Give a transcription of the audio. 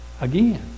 again